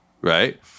right